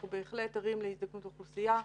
אנחנו בהחלט ערים להזדקנות אוכלוסייה,